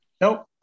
Nope